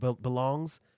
belongs